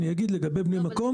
אני אתייחס לבני מקום.